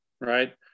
right